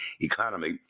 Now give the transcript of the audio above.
economy